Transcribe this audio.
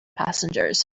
passengers